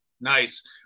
Nice